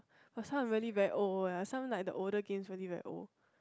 but some are really very old eh some like the older games are really very old